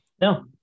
No